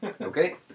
Okay